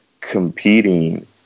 competing